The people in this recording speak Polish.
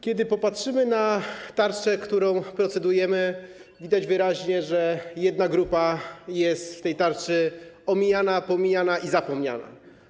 Kiedy popatrzymy na tarczę, nad którą procedujemy, widać wyraźnie, że jedna grupa jest w tej tarczy omijana, pomijana i zapomniana.